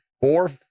four